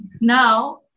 now